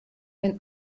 ein